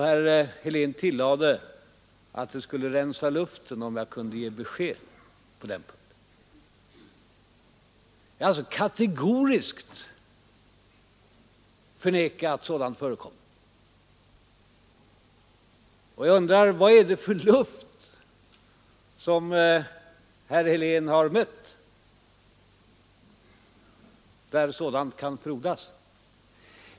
Herr Helén tillade att det skulle rensa luften om jag kunde ge besked på den punkten. Jag vill kategoriskt förneka att sådant förekommit. Jag undrar vad det är för luft som herr Helén har mött, där sådant kan frodas.